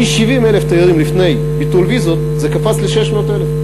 ומ-70,000 תיירים לפני ביטול הוויזות זה קפץ ל-600,000,